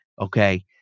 Okay